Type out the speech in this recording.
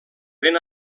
ben